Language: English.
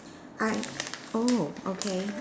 I oh okay